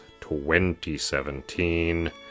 2017